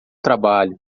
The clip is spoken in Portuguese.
trabalho